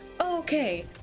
Okay